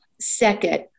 Second